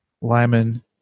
Lyman